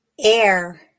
Air